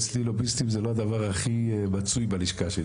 אצלי הלוביסטים זה לא הדבר הכי מצוי בלשכה שלי,